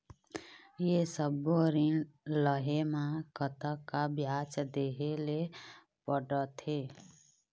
ये सब्बो ऋण लहे मा कतका ब्याज देहें ले पड़ते?